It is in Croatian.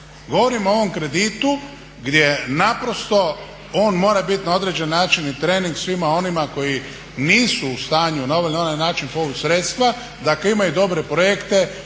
Govorimo o ovom kreditu gdje naprosto on mora biti na određeni način i trening svima onima koji nisu u stanju na ovaj ili onaj način povući sredstva da ako imaju dobre projekte